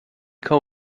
wir